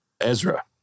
Ezra